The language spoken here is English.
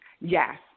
Yes